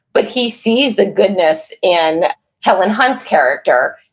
but he sees the goodness in helen hunt's character,